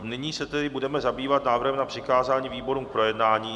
Nyní se budeme zabývat návrhem na přikázání výborům k projednání.